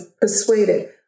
persuaded